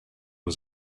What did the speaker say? was